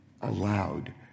allowed